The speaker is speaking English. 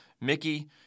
Mickey